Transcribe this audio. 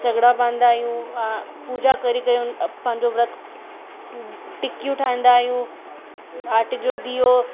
सॻिड़ा पाईंदा आहियूं हा पूॼा करे करे पंहिंजो विर्त टिकियूं ठाहींदा आहियूं आटे जो ॾीओ